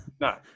no